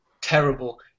terrible